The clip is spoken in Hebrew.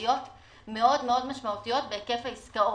יש עליות מאוד מאוד משמעותיות בהיקף העסקאות.